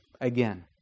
again